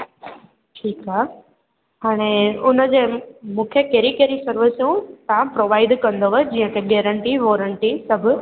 ठीकु आहे हाणे उन जे मूंखे कहिड़ी कहिड़ी ज़रूरतूं तव्हां प्रोवाइड कंदव जीअं की गैरंटी वॉरंटी सभु